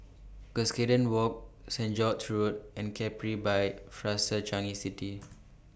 Cuscaden Walk Saint George's Road and Capri By Fraser Changi City